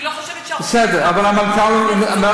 אני לא חושבת שהרופאים בסדר.